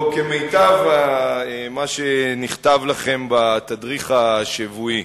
או כמיטב מה שנכתב לכם בתדריך השבועי.